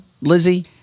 Lizzie